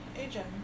Agent